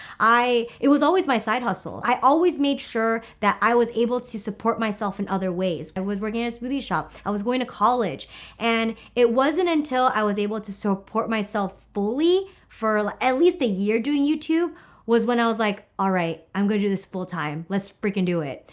i it was always my side hustle. i always made sure that i was able to support myself in other ways. i but was working in a smoothie shop, i was going to college and it wasn't until i was able to support myself fully for at least a year doing youtube was when i was like, alright, i'm gonna do this full time, let's freakin do it.